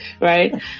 Right